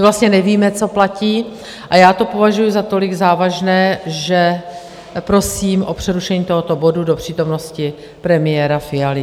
My vlastně nevíme, co platí, a já to považuji za tolik závažné, že prosím o přerušení tohoto bodu do přítomnosti premiéra Fialy.